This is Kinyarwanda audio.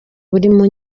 burimo